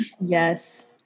Yes